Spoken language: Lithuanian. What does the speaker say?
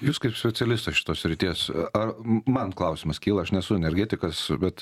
jūs kaip specialistas šitos srities ar man klausimas kyla aš nesu energetikas bet